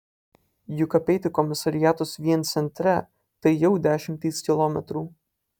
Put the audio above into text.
juk apeiti komisariatus vien centre tai jau dešimtys kilometrų